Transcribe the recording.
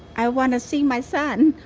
i wanna see my son,